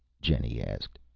jenny asked.